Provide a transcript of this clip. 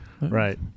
right